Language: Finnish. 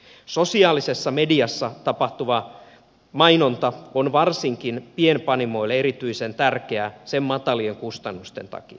sosiaalisessa mediassa tapahtuva mainonta on varsinkin pienpanimoille erityisen tärkeää sen matalien kustannusten takia